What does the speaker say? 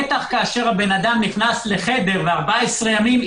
בטח כשאדם נכנס לחדר ב-14 ימים,